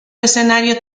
escenario